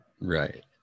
Right